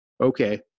okay